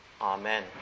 amen